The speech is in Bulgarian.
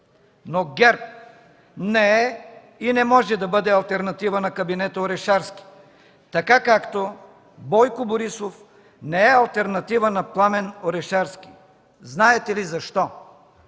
Но ГЕРБ не е и не може да бъде алтернатива на кабинета Орешарски, така както Бойко Борисов не е алтернатива на Пламен Орешарски. Знаете ли защо?